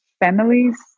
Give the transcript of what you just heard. families